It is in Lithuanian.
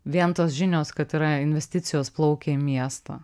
vien tos žinios kad yra investicijos plaukia į miestą